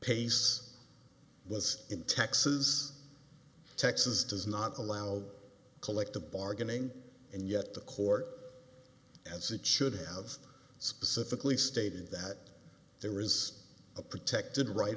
pace was in texas texas does not allow collective bargaining and yet the court as it should have specifically stated that there is a protected right